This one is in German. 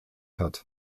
hat